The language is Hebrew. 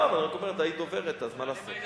טוב, אני רק אומר, את היית דוברת אז, מה לעשות.